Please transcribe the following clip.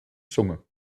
zunge